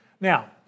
Now